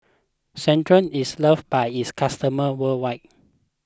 Centrum is loved by its customers worldwide